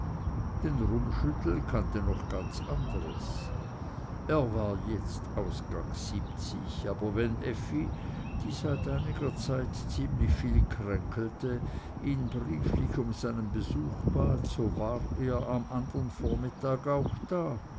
denn rummschüttel kannte noch ganz anderes er war jetzt ausgangs siebzig aber wenn effi die seit einiger zeit ziemlich viel kränkelte ihn brieflich um seinen besuch bat so war er am anderen vormittag auch da